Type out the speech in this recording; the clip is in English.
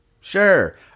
sure